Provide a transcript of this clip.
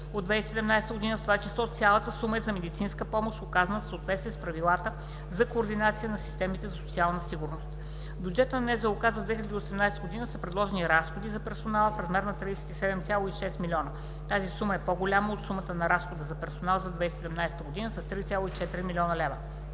от 2017 г., в т.ч. цялата сума е за медицинска помощ, оказана в съответствие с правилата за координация на системите за социална сигурност. В бюджета на НЗОК за 2018 г. са предложени разходи за персонал в размер на 37,6 млн. лв. Тази сума е по-голяма от сумата на разхода за персонал за 2017 г. с 3,4 млн. лв.